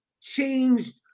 changed